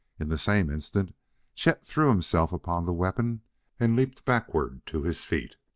in the same instant chet threw himself upon the weapon and leaped backward to his feet.